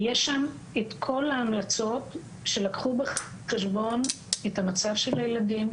יש שם את כל ההמלצות שלקחו בחשבון את המצב של הילדים,